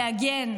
להגן.